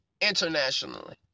internationally